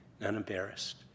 unembarrassed